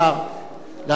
לעלות ולהשיב.